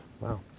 Wow